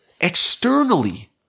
externally